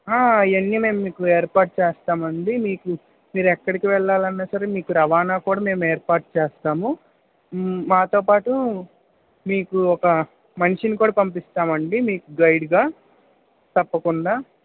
అవన్నీ మీకు ఏర్పాటు చేస్తామండి మీకు మీరు ఎక్కడికి వెళ్ళాలన్నా సరే మీకు రవాణా కూడా మేము ఏర్పాటు చేస్తాము మాతోపాటు మీకు ఒక మనిషిని కూడా పంపిస్తామండి మీకు గైడ్గా తప్పకుండా